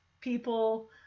people